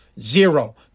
Zero